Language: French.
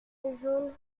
jaunes